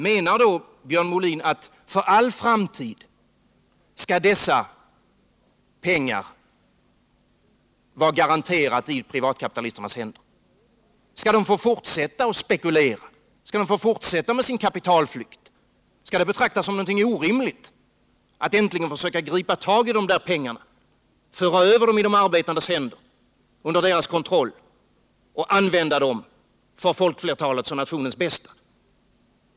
Menar då Björn Molin att dessa pengar för all framtid garanterat skall vara i privatkapitalisternas händer? Skall de få fortsätta att spekulera, skall de få fortsätta med sin kapitalflykt? Skall det betraktas som någonting orimligt att äntligen försöka gripa tag i de där pengarna, föra över dem i de arbetandes händer, under deras kontroll och använda dem för folkflertalets och nationens bästa?